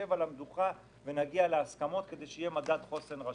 שנשב על המדוכה ונגיע להסכמות כדי שיהיה מדד חוסן רשותי.